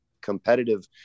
competitive